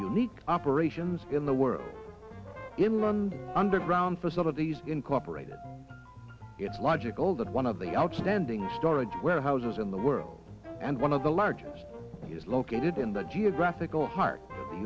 unique operations in the world in london underground facilities incorporated it's logical that one of the outstanding storage warehouses in the world and one of the largest is located in the geographical heart